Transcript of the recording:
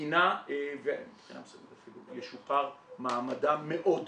בתקינה ומבחינה מסוימת אפילו ישופר מעמדם מאוד,